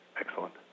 Excellent